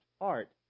art